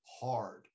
hard